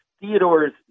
Theodore's